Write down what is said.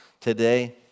today